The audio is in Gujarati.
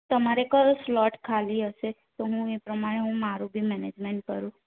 તમારે કયો સ્લોટ ખાલી હશે તો હું એ પ્રમાણે હું મારું બી મેનેજમેન્ટ કરું